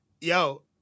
Yo